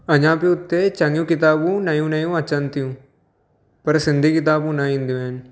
अञा बि हुते चङियूं किताबूं नयूं नयूं अचनि थियूं पर सिंधी किताबूं न ईंदियूं आहिनि